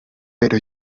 pero